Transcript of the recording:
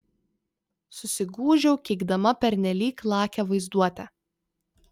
susigūžiau keikdama pernelyg lakią vaizduotę